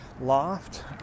loft